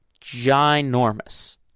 ginormous